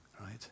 right